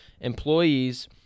employees